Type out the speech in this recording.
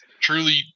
truly